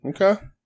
Okay